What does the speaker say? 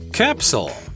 capsule